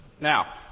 Now